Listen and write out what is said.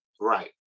right